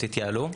תתייעלו,